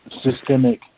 systemic